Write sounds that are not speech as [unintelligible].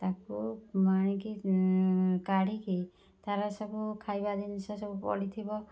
ତାକୁ [unintelligible] କାଢ଼ିକି ତାର ସବୁ ଖାଇବା ଜିନିଷ ସବୁ ପଡ଼ିଥିବ